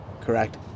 Correct